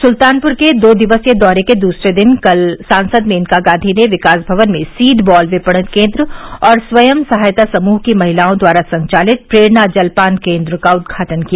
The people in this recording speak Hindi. सुल्तानपुर के दो दिवसीय दौरे के दूसरे दिन कल सांसद मेनका गांधी ने विकास भवन में सीड बॉल विपणन केन्द्र और स्वयं सहायता समूह की महिलाओं द्वारा संचालित प्रेरणा जलपान केन्द्र का उद्घाटन किया